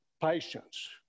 patience